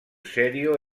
serio